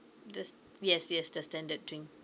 the s~ yes yes the standard drink